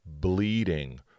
bleeding